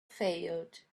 failed